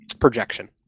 projection